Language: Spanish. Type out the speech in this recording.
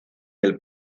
del